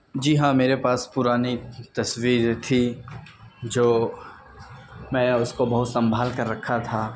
جی ہاں میرے پاس پرانی تصویریں تھیں جو میں اس کو بہت سنبھال کے رکھا تھا